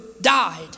died